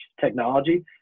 technology